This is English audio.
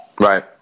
Right